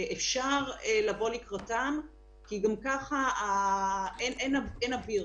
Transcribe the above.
אפשר לבוא לקראתם כי גם כך אין אוויר.